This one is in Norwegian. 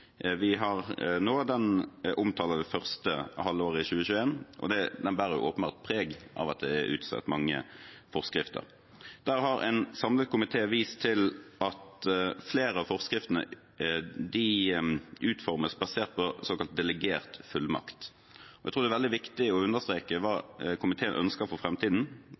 vi har nå, omtaler første halvår i 2021, og den bærer åpenbart preg av at det er utstedt mange forskrifter. Der har en samlet komité vist til at flere av forskriftene utformes basert på såkalt delegert fullmakt. Jeg tror det er veldig viktig å understreke hva komiteen ønsker for